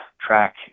track